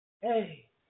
Hey